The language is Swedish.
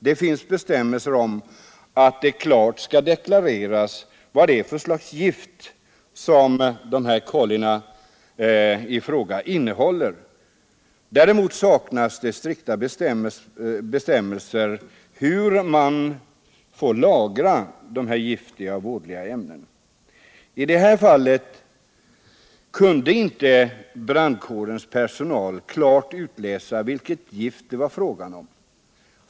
Det skall klart deklareras vad det är för slags gift som ifrågavarande kolli innehåller. Däremot saknas det strikta bestämmelser om hur man får lagra giftiga och vådliga ämnen. I det här fallet kunde inte brandkårens personal klart utläsa vilket gift det var fråga om.